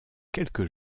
quelques